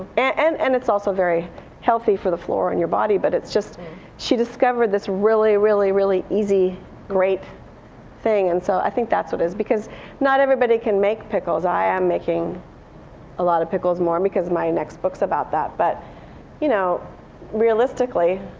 and and it's also very healthy for the flora in your body. but it's just she discovered this really, really, really easy great thing. and so i think that's what it is. because not everybody can make pickles. i am making a lot of pickles more, because my next book's about that. but you know realistically,